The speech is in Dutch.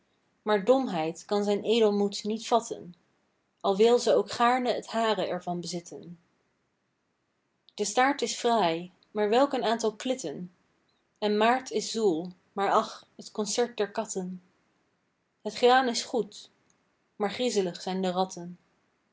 maar domheid kan zijn edelmoed niet vatten al wil ze ook gaarne t hare er van bezitten de staart is fraai maar welk een aantal klitten en maart is zoel maar ach t concert der katten het graan is goed maar griezelig zijn de ratten